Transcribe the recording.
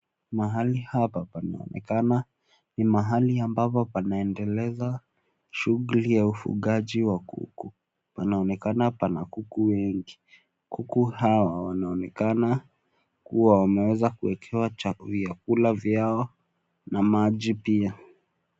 Mahali hapa panaonekana ni mahali ambapo panaendeleza shughuli ya ufugaji wa kuku. Panaonekana pana kuku wengi. Kuku hawa wanaonekana kuwa wameweza kuwekewa vyakula vyao na maji pia.